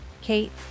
Kate